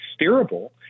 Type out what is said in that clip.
steerable